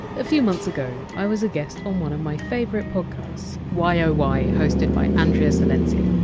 a few months ago, i was a guest on one of my favourite podcasts, why oh why, hosted by andrea silenzi.